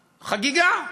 חגיגה,